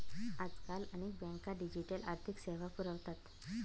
आजकाल अनेक बँका डिजिटल आर्थिक सेवा पुरवतात